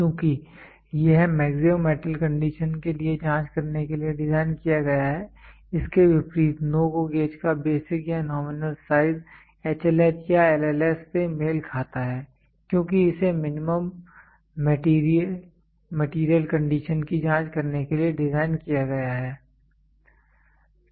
चूँकि यह maximum metal condition के लिए जाँच करने के लिए डिज़ाइन किया गया है इसके विपरीत NO GO गेज का बेसिक या नॉमिनल साइज HLH या LLS से मेल खाता है क्योंकि इसे मिनिमम मैटेरियल कंडीशन की जाँच करने के लिए डिज़ाइन किया गया है